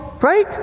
right